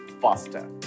faster